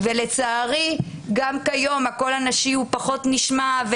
לצערי, גם כיום הקול הנשי פחות נשמע.